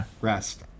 rest